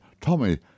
Tommy